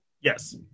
Yes